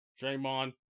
Draymond